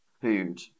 food